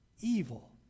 evil